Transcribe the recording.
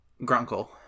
Grunkle